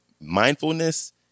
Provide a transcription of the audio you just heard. mindfulness